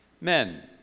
Men